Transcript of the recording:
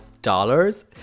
dollars